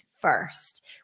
first